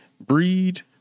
breed